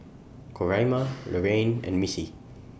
Coraima Lorrayne and Missy